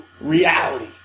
reality